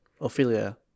Ophelia